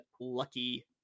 Lucky